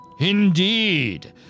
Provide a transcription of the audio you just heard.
Indeed